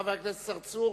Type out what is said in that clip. חבר הכנסת צרצור.